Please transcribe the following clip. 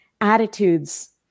attitudes